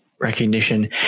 recognition